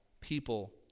people